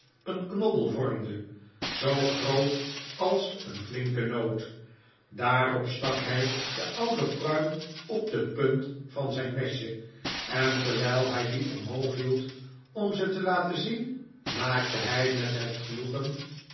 een knobbel vormde zoo groot als een flinke noot daarop stak hij de oude pruim op de punt van zijn mesje en terwijl hij die omhoog hield om ze te laten zien maakte hij met het genoegen